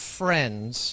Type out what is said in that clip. friends